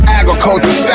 agriculture